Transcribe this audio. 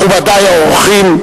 מכובדי האורחים,